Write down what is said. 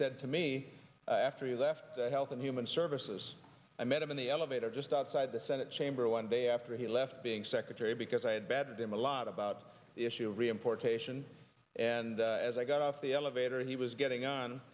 said to me after he left the health and human services i met him in the elevator just outside the senate chamber one day after he left being secretary because i had bad him a lot about the issue reimportation and as i got off the elevator and he was getting on